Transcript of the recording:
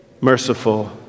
merciful